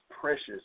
precious